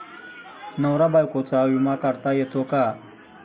नवरा बायकोचा विमा काढता येतो का?